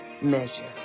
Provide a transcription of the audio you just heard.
measure